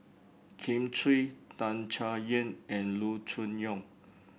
Kin Chui Tan Chay Yan and Loo Choon Yong